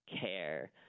care